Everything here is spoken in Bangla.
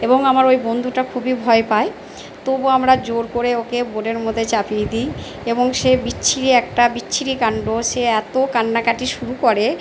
এবং আমার ওই বন্ধুটা খুবই ভয় পায় তবু আমরা জোর করে ওকে বোটের মধ্যে চাপিয়ে দিই এবং সে বিচ্ছিরি একটা বিচ্ছিরি কাণ্ড সে এত কান্নাকাটি শুরু করে